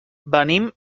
venim